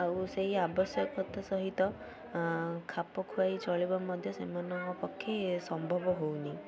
ଆଉ ସେଇ ଆବଶ୍ୟକତା ସହିତ ଖାପ ଖୁଆଇ ଚଳିବା ମଧ୍ୟ ସେମାନଙ୍କ ପକ୍ଷୀ ସମ୍ଭବ ହଉନି